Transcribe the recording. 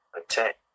attack